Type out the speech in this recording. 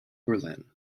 berlin